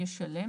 ישלם,